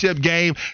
game